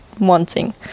wanting